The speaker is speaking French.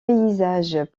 paysages